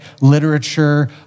literature